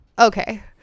Okay